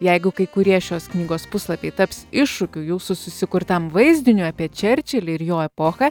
jeigu kai kurie šios knygos puslapiai taps iššūkiu jūsų susikurtam vaizdiniui apie čerčilį ir jo epochą